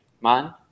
man